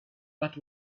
that